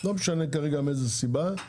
לא משנה כרגע מאיזו סיבה,